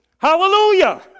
Hallelujah